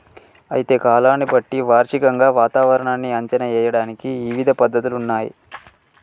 అయితే కాలాన్ని బట్టి వార్షికంగా వాతావరణాన్ని అంచనా ఏయడానికి ఇవిధ పద్ధతులున్నయ్యి